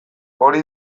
hori